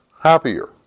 happier